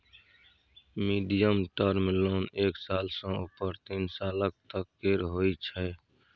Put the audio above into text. medium term loan एक साल सँ उपर तीन सालक तक केर होइ छै